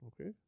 Okay